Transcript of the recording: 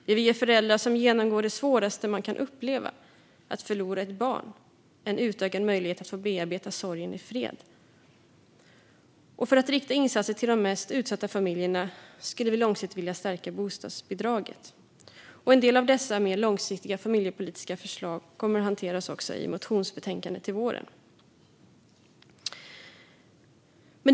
Vi vill ge föräldrar som genomgår det svåraste man kan uppleva, att förlora ett barn, en utökad möjlighet att få bearbeta sorgen i fred. För att rikta insatser till de mest utsatta familjerna skulle vi långsiktigt vilja stärka bostadsbidraget. En del av dessa mer långsiktiga familjepolitiska förslag kommer att hanteras i motionsbetänkandet till våren.